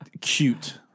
cute